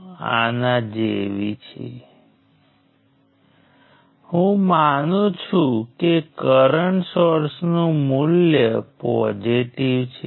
અને અત્યારે અમારો ધ્યેય આ ગ્રાફમાં ઈન્ડિપેન્ડેન્ટ લૂપ્સની સંખ્યા શોધવાનો છે